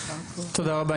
תודה רבה.